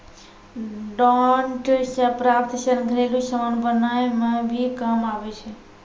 डांट से प्राप्त सन घरेलु समान बनाय मे भी काम आबै छै